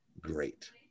great